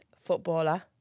footballer